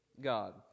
God